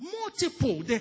Multiple